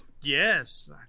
Yes